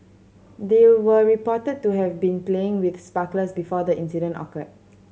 they were reported to have been playing with sparklers before the incident occurred